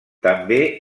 també